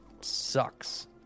sucks